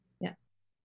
yes